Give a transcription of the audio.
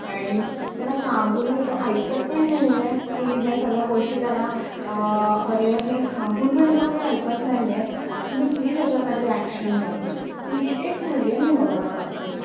आणि त्याला सांगून हे तो ऐकत पण नाही आहे की हे सगळ्या गोष्टी त्याला अवेअरनेस सांगून पण तो काही ऐकत नाही आहे तुम्ही प्लीज ह्याच्यावर काहीतरी ॲक्शन घ्या इरिटेट झाले आहे मी मगाचपासून